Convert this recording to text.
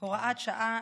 (הוראת שעה),